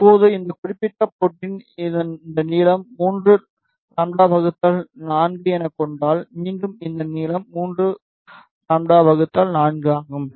இப்போது இந்த குறிப்பிட்ட போர்ட்டில் இந்த நீளம் 3λ 4 எனக் கண்டால் மீண்டும் இந்த நீளம் 3λ 4 ஆகும்